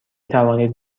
توانید